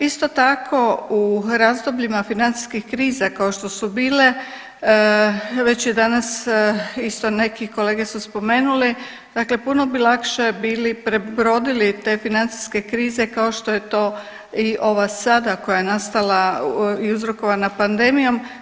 Isto tako u razdobljima financijskih kriza kao što su bile već je danas isto neki kolege su spomenuli, dakle puno bi lakše bili prebrodili te financijske krize kao što je to i ova sada koja je nastala i uzrokovana pandemijom.